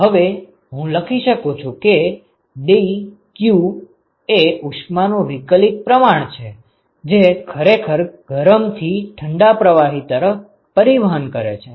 હવે હું લખી શકું કે ડીકયુ એ ઉષ્માનું વિક્લીત પ્રમાણ છે જે ખરેખર ગરમથી ઠંડા પ્રવાહી તરફ પરિવહન કરે છે